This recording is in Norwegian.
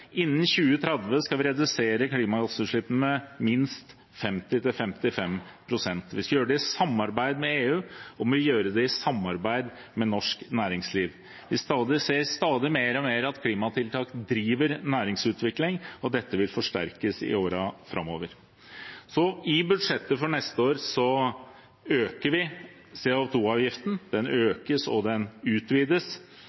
Innen 2030 skal vi redusere klimagassutslippene med minst 50–55 pst. Vi skal gjøre det i samarbeid med EU, og vi må gjøre det i samarbeid med norsk næringsliv. Vi ser stadig og mer og mer at klimatiltak driver næringsutvikling, og dette vil forsterkes i årene framover. I budsjettet for neste år øker vi CO 2 -avgiften. Den